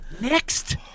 next